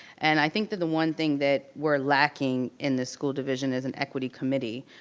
and i think that the one thing that we're lacking in this school division is an equity committee,